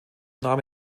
nahm